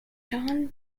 john